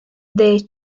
del